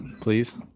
please